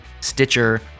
Stitcher